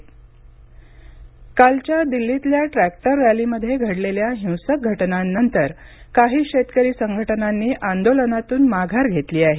शेतकरी संघटना कालच्या दिल्लीतल्या ट्रॅक्टर रॅलीमध्ये घडलेल्या हिंसक घटनांनंतर काही शेतकरी संघटनांनी आंदोलनातून माघार घेतली आहे